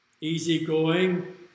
easygoing